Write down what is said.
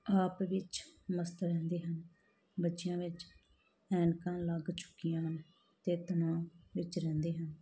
ਆਪ ਵਿੱਚ ਮਸਤ ਰਹਿੰਦੇ ਹਨ ਬੱਚਿਆਂ ਵਿੱਚ ਐਨਕਾਂ ਲੱਗ ਚੁੱਕੀਆਂ ਹਨ ਅਤੇ ਤਣਾਅ ਵਿੱਚ ਰਹਿੰਦੇ ਹਨ